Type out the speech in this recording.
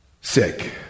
sick